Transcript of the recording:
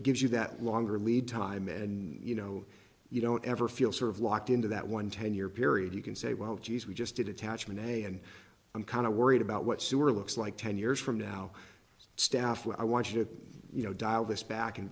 it gives you that longer lead time and you know you don't ever feel sort of locked into that one ten year period you can say well geez we just did attachment and i'm kind of worried about what sewer looks like ten years from now staff when i watch it you know dial this back and